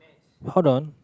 hold on